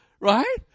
Right